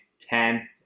Ten